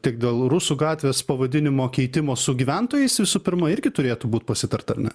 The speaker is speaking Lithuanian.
tiek dėl rusų gatvės pavadinimo keitimo su gyventojais visų pirma irgi turėtų būt pasitarta ar ne